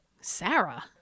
Sarah